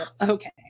Okay